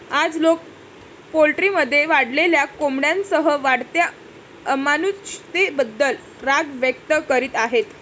आज, लोक पोल्ट्रीमध्ये वाढलेल्या कोंबड्यांसह वाढत्या अमानुषतेबद्दल राग व्यक्त करीत आहेत